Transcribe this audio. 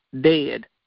dead